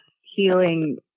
healing